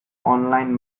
online